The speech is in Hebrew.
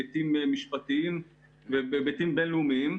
משפטיים ובין לאומיים,